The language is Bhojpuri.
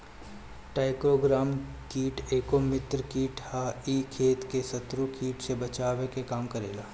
टाईक्रोग्रामा कीट एगो मित्र कीट ह इ खेत के शत्रु कीट से बचावे के काम करेला